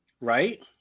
Right